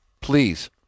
please